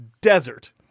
desert